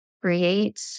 create